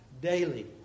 Daily